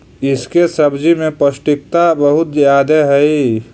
इसके सब्जी में पौष्टिकता बहुत ज्यादे हई